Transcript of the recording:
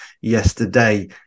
yesterday